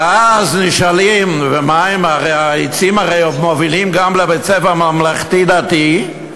ואז נשאלים: הרי העצים מובילים גם לבית-הספר הממלכתי-דתי?